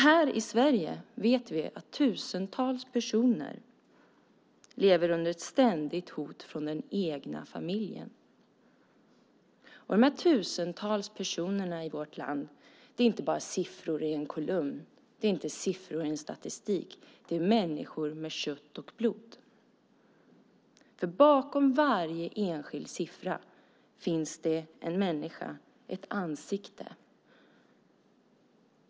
Här i Sverige vet vi att tusentals personer lever under ett ständigt hot från den egna familjen. De här tusentals personerna i vårt land är inte bara siffror i en kolumn, de är inte siffror i statistiken, utan de är människor av kött och blod. Bakom varje enskild siffra finns en människa, ett ansikte.